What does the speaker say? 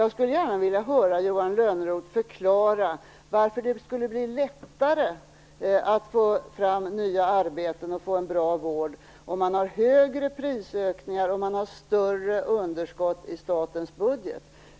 Jag skulle gärna vilja höra Johan Lönnroth förklara varför det skulle bli lättare att få fram nya arbeten och få en bra vård om man har större prisökningar och större underskott i statens budget.